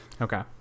Okay